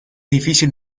difícil